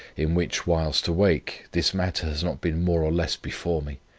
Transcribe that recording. in which, whilst awake, this matter has not been more or less before me.